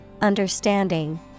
understanding